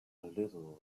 little